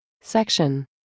Section